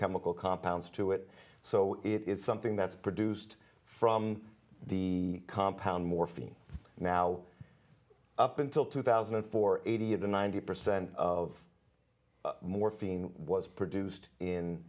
chemical compounds to it so it is something that's produced from the compound morphine now up until two thousand and four eighty of the ninety percent of morphine was produced in